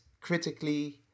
critically